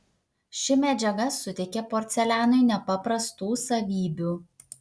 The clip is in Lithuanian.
ši medžiaga suteikia porcelianui nepaprastų savybių